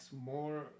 more